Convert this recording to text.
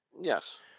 Yes